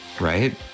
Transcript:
right